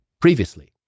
previously